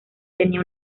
tenía